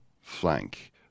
flank